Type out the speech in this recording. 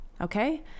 okay